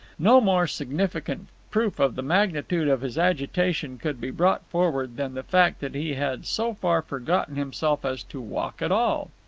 no more significant proof of the magnitude of his agitation could be brought forward than the fact that he had so far forgotten himself as to walk at all.